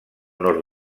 nord